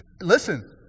Listen